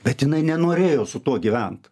bet jinai nenorėjo su tuo gyvent